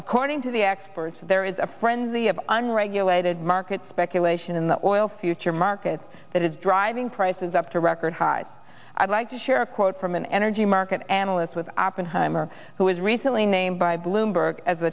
according to the experts there is a frenzy of unregulated market speculation in the oil futures market that is driving prices up to record highs i'd like to share a quote from an energy market analyst with oppenheimer who was recently named by bloomberg as